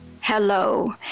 Hello